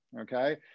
Okay